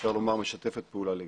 אפשר לומר, משתפת פעולה לגמרי.